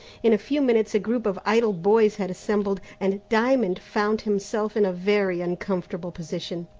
in a few minutes a group of idle boys had assembled, and diamond found himself in a very uncomfortable position.